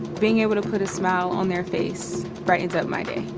being able to put a smile on their face brightens up my day.